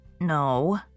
No